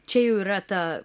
čia jau yra ta